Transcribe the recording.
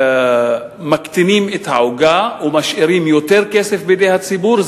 כשמקטינים את העוגה ומשאירים יותר כסף בידי הציבור,